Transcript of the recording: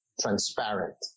transparent